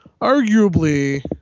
arguably